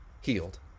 healed